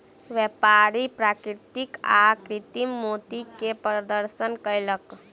व्यापारी प्राकृतिक आ कृतिम मोती के प्रदर्शन कयलक